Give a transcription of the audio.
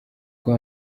ubwo